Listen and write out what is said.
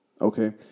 Okay